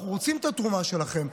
אנחנו רוצים את התרומה שלכם,